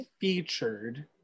featured